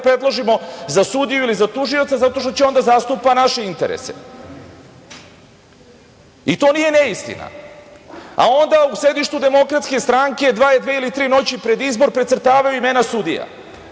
predložimo za sudiju ili za tužioca zato što će on da zastupa naše interese i to nije neistina. Onda u sedištu DS dve ili tri noći pred izbore precrtavaju imena sudija.